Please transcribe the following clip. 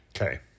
Okay